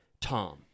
Tom